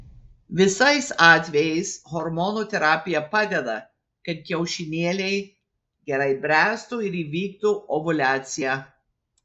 visais atvejais hormonų terapija padeda kad kiaušinėliai gerai bręstų ir įvyktų ovuliacija